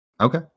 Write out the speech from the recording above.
Okay